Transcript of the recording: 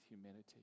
humanity